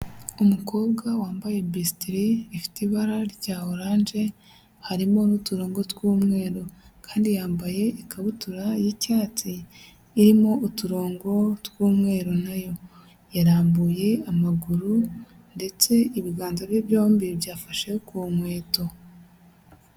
Umukobwa wambaye bisitiri ifite ibara rya oranje harimo n'uturongo tw'umweru kandi yambaye ikabutura y'icyatsi irimo uturongo tw'umweru nayo, yarambuye amaguru ndetse ibiganza bye byombi byafashe ku nkweto.